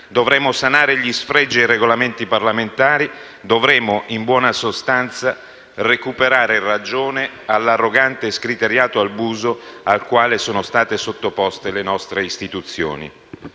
dovremo sanare gli sfregi ai Regolamenti parlamentari, dovremo, in buona sostanza, recuperare ragione all'arrogante e scriteriato abuso al quale sono state sottoposte le nostre istituzioni.